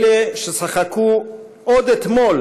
"אלה ששָֹחַקוּ עוד אתמול